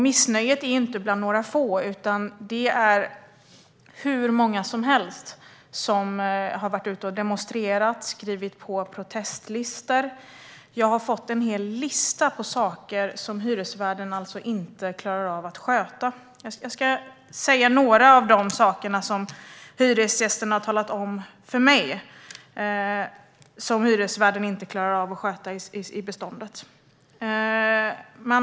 Missnöjet finns inte bland några få, utan det är hur många som helst som har varit ute och demonstrerat och skrivit på protestlistor. Jag har fått en hel lista på saker som hyresvärden inte klarar av att sköta. Jag ska nämna några av de saker som hyresgästerna har talat om för mig att hyresvärden inte klarar av att sköta i beståndet.